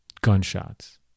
Gunshots